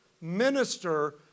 minister